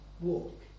walk